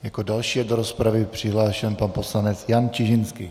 Jako další je do rozpravy přihlášen pan poslanec Jan Čižinský.